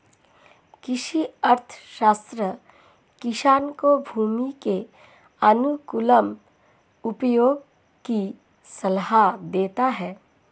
कृषि अर्थशास्त्र किसान को भूमि के अनुकूलतम उपयोग की सलाह देता है